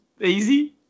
easy